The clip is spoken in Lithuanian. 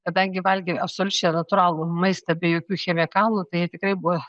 kadangi valgė absoliučiai natūralų maistą be jokių chemikalų tai jie tikrai buvo